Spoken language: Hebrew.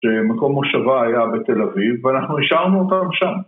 שמקום הושבה היה בתל אביב ואנחנו נשארנו אותם שם